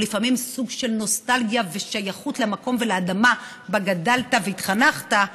או לפעמים סוג של נוסטלגיה ושייכות למקום ולאדמה שבה גדלת והתחנכת.